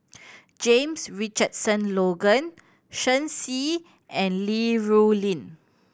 James Richardson Logan Shen Xi and Li Rulin